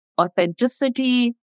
authenticity